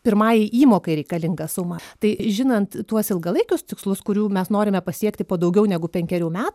pirmajai įmokai reikalingą sumą tai žinant tuos ilgalaikius tikslus kurių mes norim pasiekti po daugiau negu penkerių metų